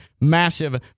massive